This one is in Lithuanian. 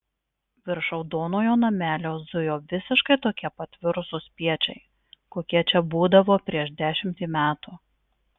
virš raudonojo namelio zujo visiškai tokie pat virusų spiečiai kokie čia būdavo prieš dešimtį metų